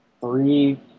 three